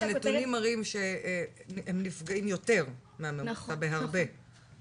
הנתונים מראים שהם נפגעים בהרבה יותר,